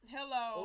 Hello